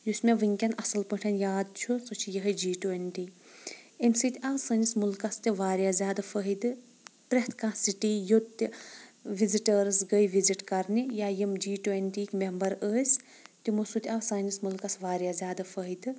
یُس مےٚ ؤنۍکیٚن اصل پٲٹھٮ۪ن یاد چھُ سُہ چھِ یِہٕے جی ٹونٹی امہِ سۭتۍ آو سٲنِس مُلکس تہِ واریاہ زیادٕ فٲیِدٕ پرٛٮ۪تھ کانٛہہ سِٹی یوٚت تہِ وزٹٲرٕس گٔے وِزٹ کرنہِ یا یِم جی ٹونٹی یِکۍ میٚمبر ٲسۍ تمو سۭتۍ آو سانس مُلکس واریاہ زیادٕ فٲیِدٕ